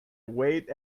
wait